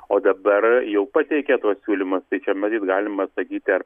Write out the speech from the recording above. o dabar jau pateikė tuos siūlymus tai čia matyt galima sakyti ar